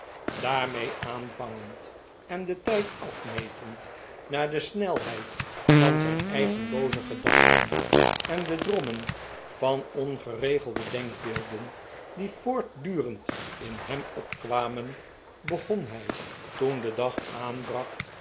daarmee aanvangend en den tijd afmetend naar de snelheid van zijn eigen booze gedachten en de drommen van ongeregelde denkbeelden die voortdurend in hem opkwamen begon hij toen de dag aanbrak